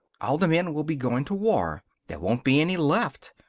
all the men will be going to war. there won't be any left.